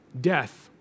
death